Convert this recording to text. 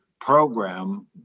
program